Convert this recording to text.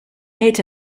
ate